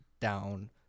down